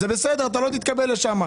זה בסדר, אתה לא תתקבל לשם.